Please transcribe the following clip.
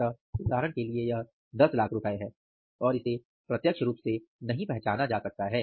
इसलिए उदाहरण के लिए यह 1000000 रुपये है और इसे प्रत्यक्ष रूप से नहीं पहचाना जा सकता है